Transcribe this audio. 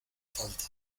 falta